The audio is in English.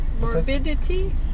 Morbidity